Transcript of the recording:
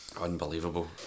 unbelievable